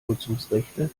nutzungsrechte